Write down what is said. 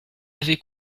avez